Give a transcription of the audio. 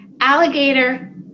alligator